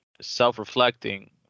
self-reflecting